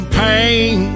pain